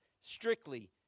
strictly